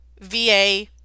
VA